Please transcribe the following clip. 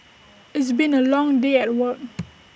it's been A long day at work